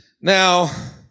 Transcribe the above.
Now